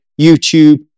YouTube